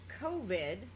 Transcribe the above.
COVID